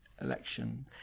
election